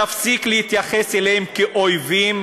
תפסיק להתייחס אליהם כאל אויבים?